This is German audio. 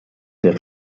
der